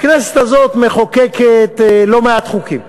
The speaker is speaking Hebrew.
הכנסת הזאת מחוקקת לא מעט חוקים.